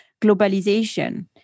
globalization